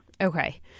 Okay